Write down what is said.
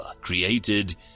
created